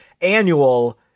annual